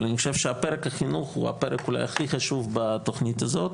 אבל אני חושב שפרק החינוך הוא אולי הכי חשוב בתכנית הזאת.